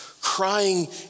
crying